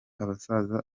abasaza